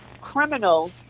criminal